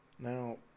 Now